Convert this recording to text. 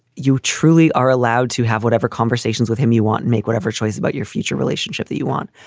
you truly are allowed to have whatever conversations with him you want. make whatever choice about your future relationship that you want.